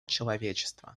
человечества